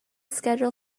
schedule